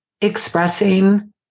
expressing